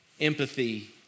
empathy